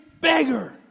beggar